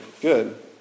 good